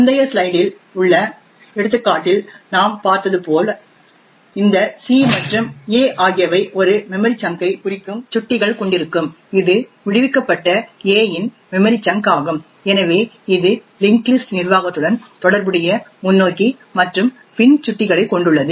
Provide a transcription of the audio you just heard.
முந்தைய ஸ்லைடில் உள்ள எடுத்துக்காட்டில் நாம் பார்த்தது போல இந்த c மற்றும் a ஆகியவை ஒரே மெமரி சங்க் ஐ குறிக்கும் சுட்டிகள் கொண்டிருக்கும் இது விடுவிக்கப்பட்ட a இன் மெமரி சங்க் ஆகும் எனவே இது லிஙஂகஂ லிஸஂடஂ நிர்வாகத்துடன் தொடர்புடைய முன்னோக்கி மற்றும் பின் சுட்டிகளைக் கொண்டுள்ளது